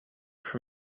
for